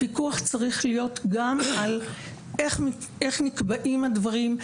הפיקוח צריך להיות גם על איך נקבעים הדברים.